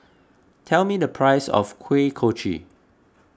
tell me the price of Kuih Kochi